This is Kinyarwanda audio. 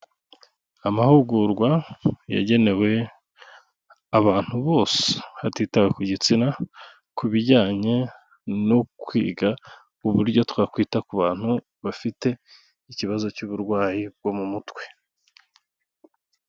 Amahugurwa yagenewe abantu bose hatitawe ku gitsina, ku bijyanye no kwiga uburyo twakwita ku bantu bafite ikibazo cy'uburwayi bwo mu mutwe.